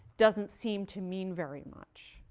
doesn't seem to mean very much,